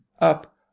up